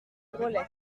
groslay